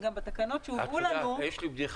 וגם בתקנות שהובאו לנו --- לא שמעת את הדבר